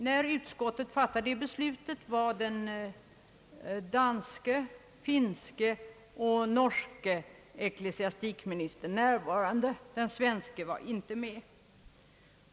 Vid kulturutskottets ställningstagande var den danske, finske och norske ecklesiastikministern närvarande. Den svenske utbildningsministern var inte med.